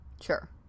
Sure